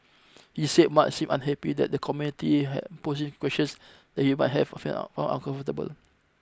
he said Mark seemed unhappy that the committee had posed questions that he might have for fail found uncomfortable